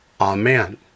Amen